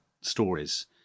stories